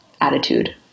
attitude